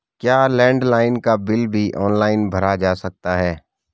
क्या लैंडलाइन का बिल भी ऑनलाइन भरा जा सकता है?